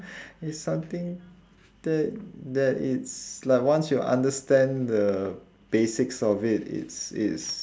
it's something that that it's like once you understand the basics of it it's it's